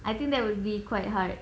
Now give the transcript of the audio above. I think that will be quite hard